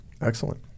Excellent